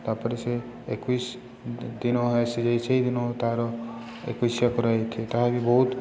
ତାପରେ ସେ ଏକୋଇଶି ଦିନ ସେ ଦିନ ତା'ର ଏକୋଇଶିଆ କରାଯାଇଥାଏ ତାହା ବି ବହୁତ